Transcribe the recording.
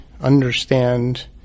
understand